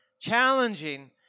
challenging